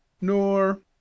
Nor—